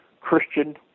Christian